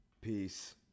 Peace